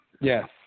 Yes